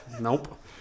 Nope